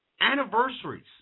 anniversaries